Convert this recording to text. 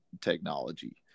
technology